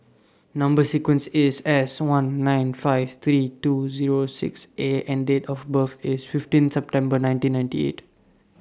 Number sequence IS S one nine five three two Zero six A and Date of birth IS fifteen September nineteen ninety eight